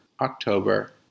October